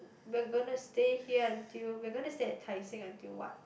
we're gonna stay here until we're gonna stay at Tai seng until what